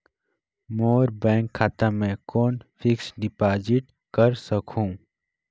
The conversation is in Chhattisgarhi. मोर बैंक खाता मे कौन फिक्स्ड डिपॉजिट कर सकहुं?